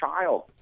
child